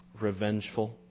revengeful